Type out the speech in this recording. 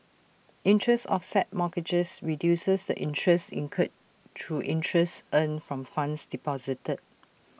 interest offset mortgages reduces the interest incurred through interest earned from funds deposited